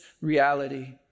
reality